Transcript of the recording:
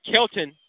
Kelton